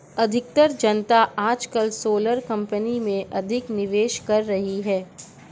अधिकतर जनता आजकल सोलर कंपनी में अधिक निवेश कर रही है